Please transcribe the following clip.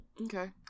Okay